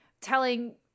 telling